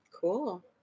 Cool